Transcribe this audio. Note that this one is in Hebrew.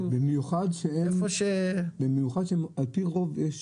במיוחד שעל פי רוב יש